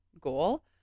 goal